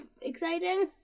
exciting